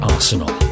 Arsenal